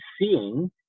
seeing